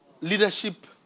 leadership